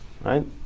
right